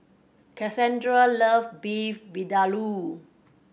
Kassandra love Beef Vindaloo